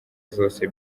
zose